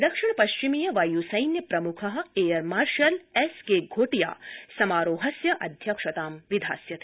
दक्षिण पश्चिमीय वायुसैन्य प्रमुख एयर मार्शल् एस्केघोटिया समारोहस्य अध्यक्षतां विधास्यति